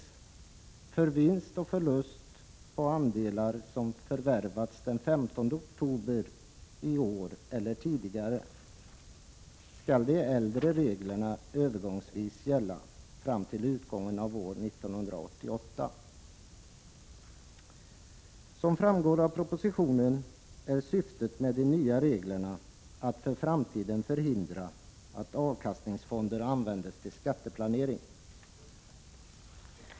För vinst och förlust på andelar som förvärvats den 15 oktober i år eller tidigare, skall de äldre reglerna övergångsvis gälla, fram till utgången av år 1988. Som framgår av propositionen är syftet med de nya reglerna att för framtiden förhindra att avkastningsfonderna används till skatteplanering.